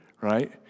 right